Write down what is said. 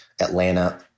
Atlanta